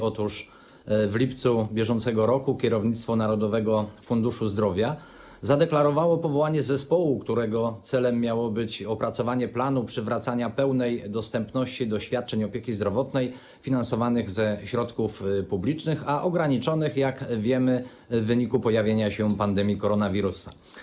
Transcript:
Otóż w lipcu br. kierownictwo Narodowego Funduszu Zdrowia zadeklarowało powołanie zespołu, którego celem miało być opracowanie planu przywracania pełnej dostępności świadczeń opieki zdrowotnej finansowanych ze środków publicznych, a ograniczonych, jak wiemy, w wyniku pojawienia się pandemii koronawirusa.